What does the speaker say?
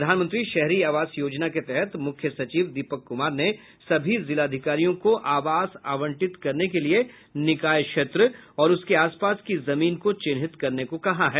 प्रधानमंत्री शहरी आवास योजना के तहत मूख्य सचिव दीपक कुमार ने सभी जिलाधिकारियों को आवास आवंटित करने के लिए निकाय क्षेत्र और उसके आस पास की जमीन को चिन्हित करने को कहा है